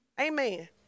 Amen